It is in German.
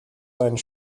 einen